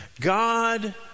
God